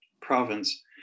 province